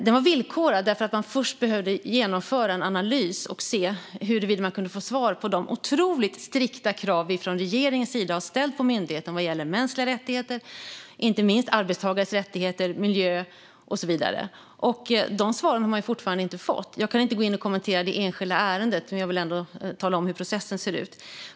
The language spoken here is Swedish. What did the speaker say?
Den var villkorad därför att man först behövde genomföra en analys och se huruvida man kunde få svar i fråga om de otroligt strikta krav som vi från regeringens sida har ställt på myndigheten vad gäller mänskliga rättigheter inte minst, arbetstagares rättigheter, miljö och så vidare. De svaren har man fortfarande inte fått. Jag kan inte kommentera det enskilda ärendet. Men jag vill ändå tala om hur processen ser ut.